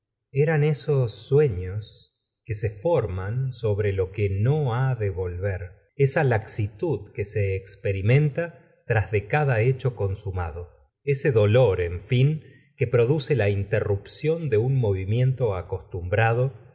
eran esos sueños que se forman sobre lo que no ha de volver esa laxitud que se experimenta tras de cada hecho consumado ese dolor en fin que produce la interrupción de un movimiento acostumbrado